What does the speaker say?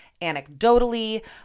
anecdotally